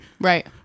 Right